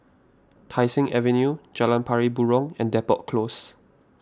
Tai Seng Avenue Jalan Pari Burong and Depot Close